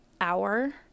hour